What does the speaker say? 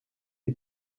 est